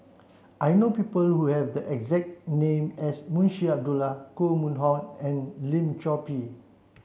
I know people who have the exact name as Munshi Abdullah Koh Mun Hong and Lim Chor Pee